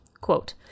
Quote